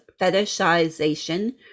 fetishization